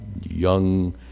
young